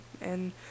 and-